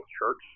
church